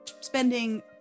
spending